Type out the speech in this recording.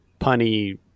punny